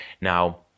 Now